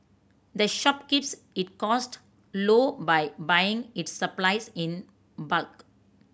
the shop keeps it costs low by buying its supplies in bulk